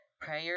Prayer